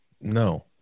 no